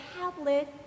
tablet